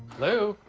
hello?